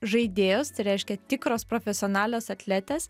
žaidėjos tai reiškia tikros profesionalios atletės